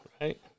Right